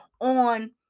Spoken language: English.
on